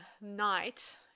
Night